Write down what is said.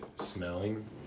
Smelling